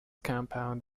compound